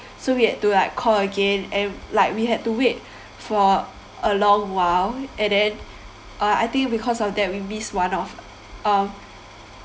so we had to like call again and like we had to wait for a long while and then uh I think because of that we missed one of uh